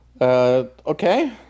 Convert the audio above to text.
Okay